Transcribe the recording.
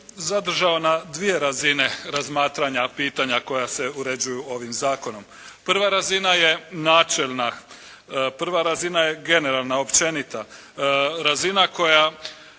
zadržao na dvije razine razmatranja pitanja koja se uređuju ovim zakonom. Prva razina je načelna. Prva razina je generalna općenito. Razina koja